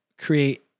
create